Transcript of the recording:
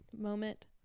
moment